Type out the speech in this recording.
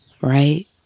right